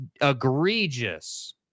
egregious